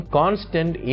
constant